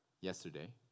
yesterday